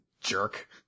jerk